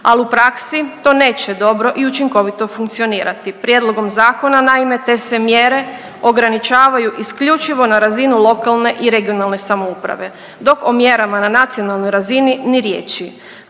al u praksi to neće dobro i učinkovito funkcionirati, prijedlogom zakona naime te se mjere ograničavaju isključivo na razinu lokalne i regionalne samouprave, dok o mjerama na nacionalnoj razini ni riječi.